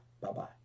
Bye-bye